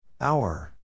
hour